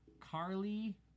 Carly